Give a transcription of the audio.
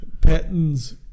patterns